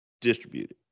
distributed